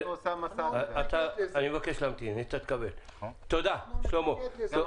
אפילו אוסאמה סעדי --- תודה, שלמה.